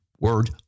word